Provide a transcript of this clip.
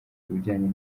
kubijyanye